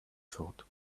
thought